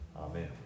Amen